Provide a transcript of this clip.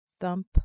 thump